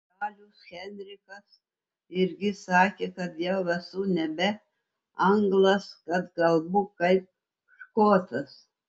karalius henrikas irgi sakė kad jau esu nebe anglas kad kalbu kaip škotas